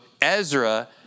Ezra